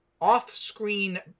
off-screen